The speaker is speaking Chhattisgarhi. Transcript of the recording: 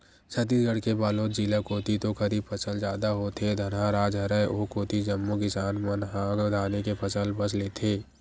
छत्तीसगढ़ के बलोद जिला कोती तो खरीफ फसल जादा होथे, धनहा राज हरय ओ कोती जम्मो किसान मन ह धाने के फसल बस लेथे